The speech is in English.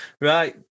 right